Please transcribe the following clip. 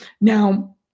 Now